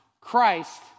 Christ